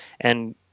And-